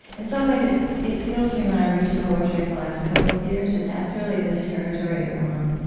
in some ways, it it feels to me when i read your poetry of the last couple of years that that's really this territory you're on,